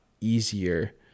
easier